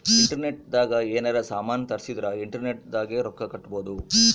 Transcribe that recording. internet ದಾಗ ಯೆನಾರ ಸಾಮನ್ ತರ್ಸಿದರ ಇಂಟರ್ನೆಟ್ ದಾಗೆ ರೊಕ್ಕ ಕಟ್ಬೋದು